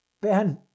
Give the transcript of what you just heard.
Ben